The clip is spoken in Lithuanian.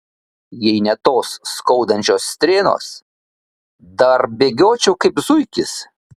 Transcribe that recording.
jei ne tos skaudančios strėnos dar bėgiočiau kaip zuikis